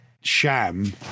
sham